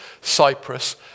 Cyprus